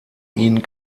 ihnen